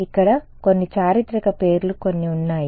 ఇక్కడ కొన్ని చారిత్రక పేర్లు కొన్ని ఉన్నాయి